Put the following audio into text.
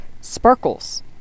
sparkles